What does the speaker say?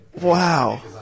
wow